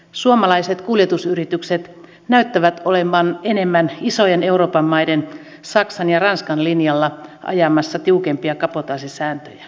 suomalaiset kuljetusyritykset näyttävät olevan enemmän euroopan isojen maiden saksan ja ranskan linjalla ajamassa tiukempia kabotaasisääntöjä